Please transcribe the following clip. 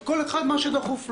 כל אחד מה שדחוף לו.